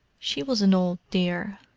she was an old dear.